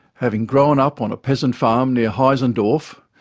having grown up on a peasant farm near heizendorf,